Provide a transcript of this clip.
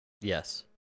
Yes